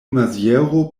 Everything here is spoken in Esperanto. maziero